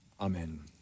Amen